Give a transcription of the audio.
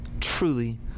truly